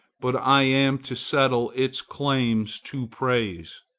but i am to settle its claims to praise.